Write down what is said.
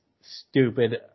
stupid